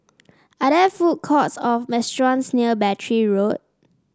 are there food courts or restaurants near Battery Road